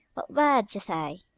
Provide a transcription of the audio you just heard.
what word to say!